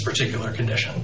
particular condition